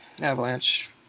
avalanche